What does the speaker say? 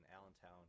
Allentown